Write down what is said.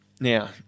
Now